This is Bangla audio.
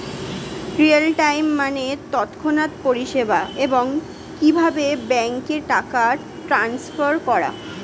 রিয়েল টাইম মানে তৎক্ষণাৎ পরিষেবা, এবং কিভাবে ব্যাংকে টাকা ট্রান্সফার করা